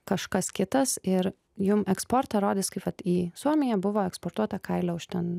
kažkas kitas ir jum eksportą rodys kaip vat į suomiją buvo eksportuota kailio už ten